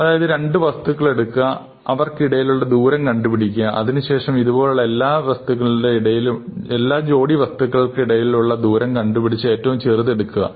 അതായത് രണ്ടു വസ്തുക്കൾ എടുക്കുക അവർക്കിടയിലുള്ള ദൂരം കണ്ടുപിടിക്കുക അതിനുശേഷം ഇതേപോലെ എല്ലാ ജോഡി വസ്തുക്കൾക്കിടയിലുള്ള ഉള്ള ദൂരം കണ്ടുപിടിച് ഏറ്റവും ചെറിയത് എടുക്കുക